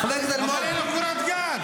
בדואי --- אבל אין לו קורת גג.